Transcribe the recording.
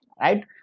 right